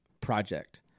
project